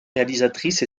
réalisatrice